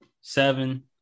Seven